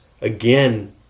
again